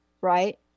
right